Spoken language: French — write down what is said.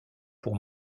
pour